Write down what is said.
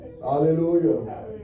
Hallelujah